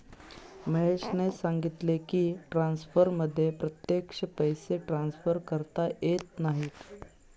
महेशने सांगितले की, ट्रान्सफरमध्ये प्रत्यक्ष पैसे ट्रान्सफर करता येत नाहीत